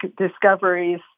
discoveries